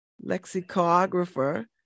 lexicographer